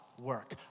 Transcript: work